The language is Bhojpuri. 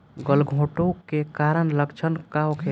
गलघोंटु के कारण लक्षण का होखे?